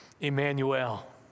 Emmanuel